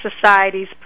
society's